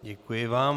Děkuji vám.